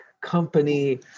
Company